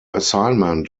assignment